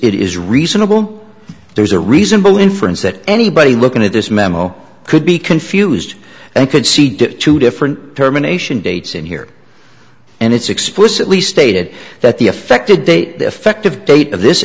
it is reasonable there's a reasonable inference that anybody looking at this memo could be confused and could see to two different terminations dates in here and it's explicitly stated that the effective date the effective date of this